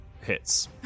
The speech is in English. Hits